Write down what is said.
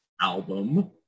album